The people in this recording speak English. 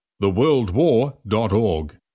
TheWorldWar.org